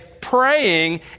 praying